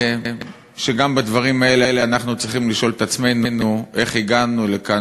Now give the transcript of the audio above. שגם בדברים האלה אנחנו צריכים לשאול את עצמנו איך הגענו לכאן,